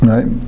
Right